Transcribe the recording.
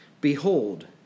Behold